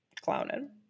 clowning